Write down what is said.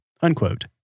unquote